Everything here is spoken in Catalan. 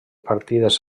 partides